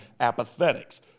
Apathetics